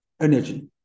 energy